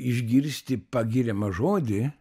išgirsti pagiriamą žodį